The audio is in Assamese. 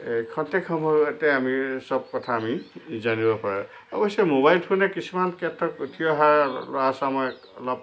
এই ক্ষন্তেক সময়তে আমি চব কথা আমি জানিব পাৰে অৱশ্যে মোবাইল ফোনে কিছুমান ক্ষেত্ৰত উঠি অহা ল'ৰাচামক অলপ